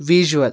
visual